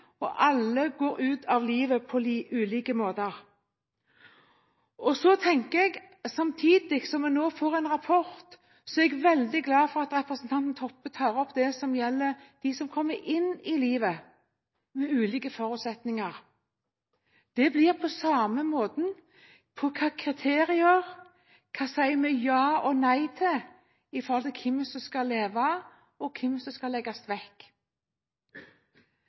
og alle går ut av livet på ulike måter. Så er jeg, samtidig som vi nå får en rapport, veldig glad for at representanten Toppe tar opp det som gjelder dem som kommer inn i livet, med ulike forutsetninger. Det blir på samme måte med kriterier, med hva vi sier ja og nei til når det gjelder hvem som skal leve, og hvem som skal legges vekk.